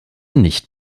nicht